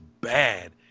bad